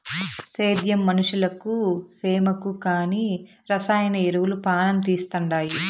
సేద్యం మనుషులకు సేమకు కానీ రసాయన ఎరువులు పానం తీస్తండాయి